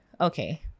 Okay